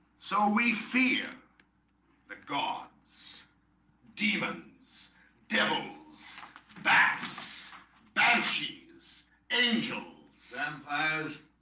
so we feared the gods demons devils bats banshees angels, so